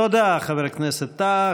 תודה, חבר הכנסת טאהא.